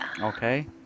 Okay